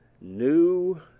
new